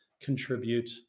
contribute